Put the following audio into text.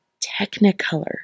technicolor